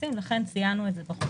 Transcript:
לכן ציינו את זה בחוק